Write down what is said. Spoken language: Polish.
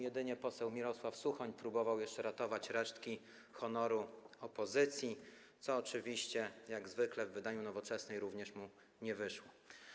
Jedynie poseł Mirosław Suchoń próbował jeszcze ratować resztki honoru opozycji, co oczywiście, jak zwykle w wydaniu Nowoczesnej, również mu nie wyszło.